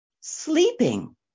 sleeping